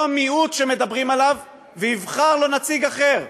אותו מיעוט שאנחנו מדברים עליו יבחר נציג אחר,